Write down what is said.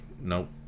Nope